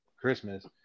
Christmas